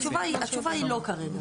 התשובה היא, התשובה היא 'לא' כרגע.